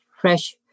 fresh